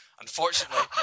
Unfortunately